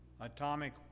atomic